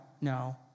no